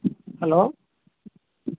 hello